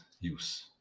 use